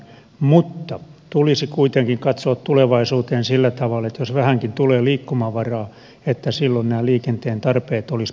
mutta tulisi kuitenkin katsoa tulevaisuuteen sillä tavalla että jos vähänkin tulee liikkumavaraa niin silloin nämä liikenteen tarpeet olisivat paalupaikalla